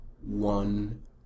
one